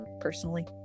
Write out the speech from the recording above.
personally